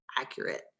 accurate